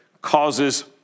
causes